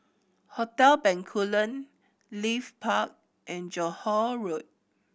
Hotel Bencoolen Leith Park and Johore Road